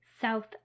south